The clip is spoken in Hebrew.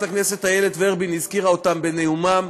הכנסת איילת ורבין הזכירה אותם בנאומה,